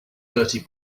dirty